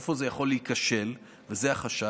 איפה זה יכול להיכשל, וזה החשש?